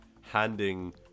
handing